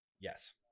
Yes